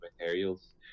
materials